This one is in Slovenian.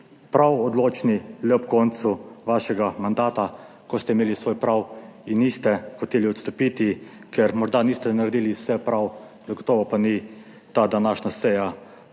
prav odločni le ob koncu vašega mandata, ko ste imeli svoj prav in niste hoteli odstopiti, ker morda niste naredili vse prav, zagotovo pa ni ta današnja seja